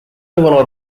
devono